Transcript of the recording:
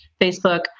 Facebook